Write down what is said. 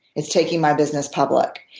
it's taking my business public.